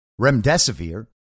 remdesivir